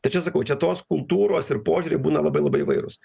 tai čia sakau čia tos kultūros ir požiūriai būna labai labai įvairūs